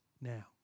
Now